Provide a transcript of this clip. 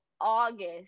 August